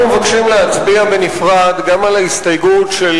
אנחנו מבקשים להצביע בנפרד גם על ההסתייגות של